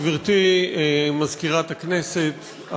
גברתי מזכירת הכנסת,